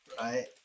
Right